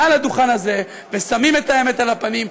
שעומדים מעל הדוכן הזה ושמים את האמת בפנים,